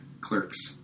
clerks